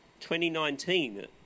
2019